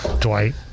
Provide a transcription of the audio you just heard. Dwight